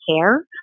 care